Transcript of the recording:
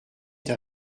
t’a